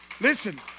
listen